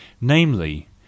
namely